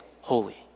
holy